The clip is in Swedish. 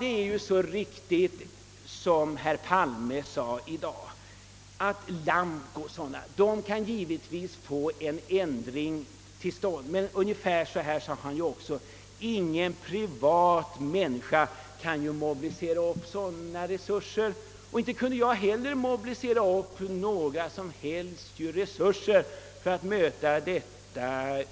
Det är så sant som herr Palme sade i dag, nämligen att företag som Lamco kan få en rättelse till stånd, men att ingen privatperson kan mobilisera liknande resurser. Inte heller jag kunde mobilisera några resurser för att möta monopolradions